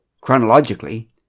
Chronologically